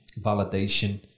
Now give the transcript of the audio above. validation